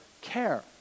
care